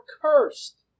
cursed